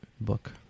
Book